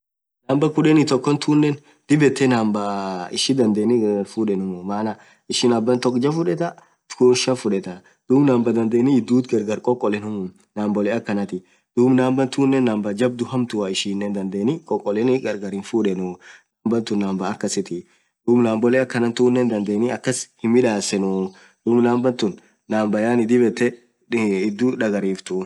Number kudheni tokk tunen dhib yethee number ishii dhadhani gargar fudhenumuu maan ishin aban tokk jaaa fudhetha kuuun shab fudhetha dhub number dhandheni idhuuthi gargar khokolenum numboleee akhanati dhub number tunen number jabdhu hamtua ishin dhandheni khokholeni gargar hinfudhenu number thun number akasithii dhub numboleee akhan thunen dhadhen akas hinmidhasenu dhub number tun number dhib yethe idhuuthi dhagariftu